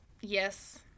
Yes